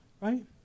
right